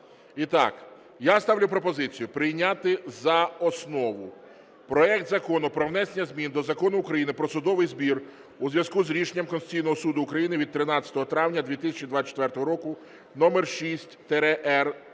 я ставлю пропозицію прийняти за основу проект Закону про внесення змін до Закону України "Про судовий збір" у зв’язку з Рішенням Конституційного Суду України від 13 травня 2024 року №